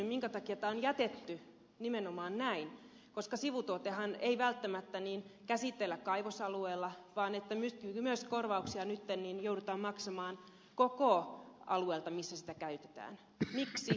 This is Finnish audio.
minkä takia tämä on jätetty nimenomaan näin koska sivutuotettahan ei välttämättä käsitellä kaivosalueella ja korvauksia nyt joudutaan maksamaan koko siltä alueelta millä sitä käytetään